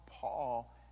Paul